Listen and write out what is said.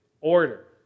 order